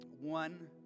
One